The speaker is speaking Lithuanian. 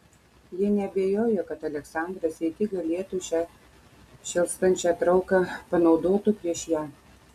ji neabejojo kad aleksandras jei tik galėtų šią šėlstančią trauką panaudotų prieš ją